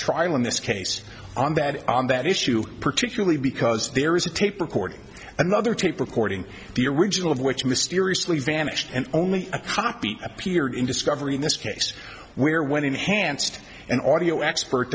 trial in this case on that on that issue particularly because there is a tape recording another tape recording the original of which mysteriously vanished and only a copy appeared in discovery in this case where when enhanced an audio expert